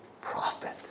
prophet